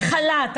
בחל"ת,